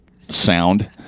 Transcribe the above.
sound